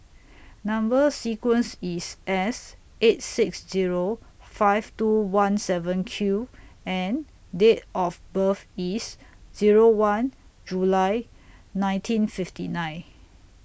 Number sequence IS S eight six Zero five two one seven Q and Date of birth IS Zero one July nineteen fifty nine